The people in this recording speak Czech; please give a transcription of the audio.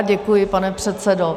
Děkuji, pane předsedo.